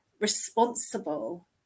responsible